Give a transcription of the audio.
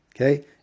okay